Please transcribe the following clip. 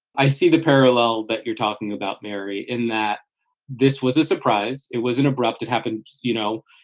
i see the parallel that you're talking about, mary, in that this was a surprise. it was an abrupt it happened, you know,